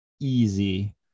easy